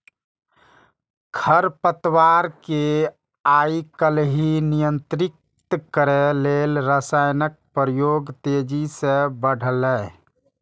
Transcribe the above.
खरपतवार कें आइकाल्हि नियंत्रित करै लेल रसायनक प्रयोग तेजी सं बढ़लैए